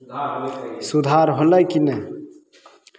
सुधार होलै कि नहि